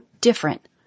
different